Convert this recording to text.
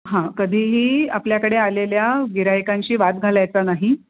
हां कधीही आपल्याकडे आलेल्या गिऱ्हायकांशी वाद घालायचा नाही